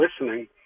listening